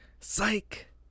Psych